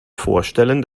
vorstellen